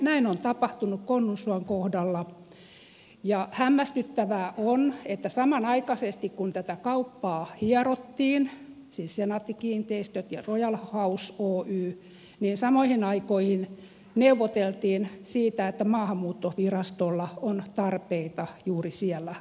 näin on tapahtunut konnunsuon kohdalla ja hämmästyttävää on että samoihin aikoihin kun senaatti kiinteistöt ja royal house oy hieroivat tätä kauppaa neuvoteltiin siitä että maahanmuuttovirastolla on tarpeita juuri siellä alueella